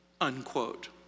unquote